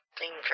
Danger